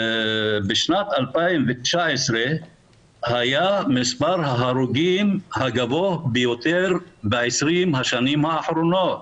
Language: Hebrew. בשנת 2019 היה מספר ההרוגים הגבוה ביותר ב-20 השנים האחרונות.